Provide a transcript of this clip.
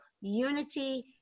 unity